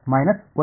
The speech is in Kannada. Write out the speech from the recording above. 1 ಸರಿ